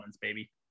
baby